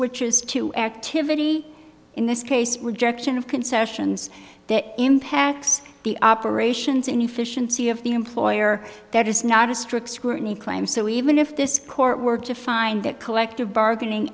switches to activity in this case rejection of concessions that impacts the operations and efficiency of the employer that is not a strict scrutiny claim so even if this court were to find that collective bargaining